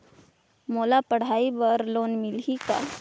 मोला पढ़ाई बर लोन मिलही का?